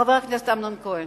חבר הכנסת אמנון כהן.